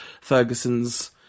Ferguson's